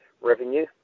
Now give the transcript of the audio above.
revenue